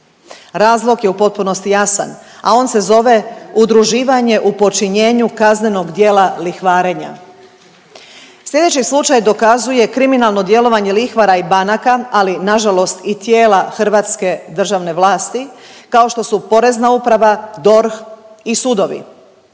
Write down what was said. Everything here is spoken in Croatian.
razlog je u potpunosti jasan, a on se zove udruživanje u počinjenju kaznenog djela lihvarenja. Sljedeći slučaj dokazuje kriminalno djelovanje lihvara i banaka, ali nažalost i tijela hrvatske državne vlasti kao što su Porezna uprava, DORH i sudovi.